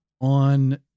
on